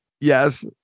Yes